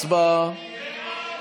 הצבעה.